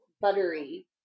buttery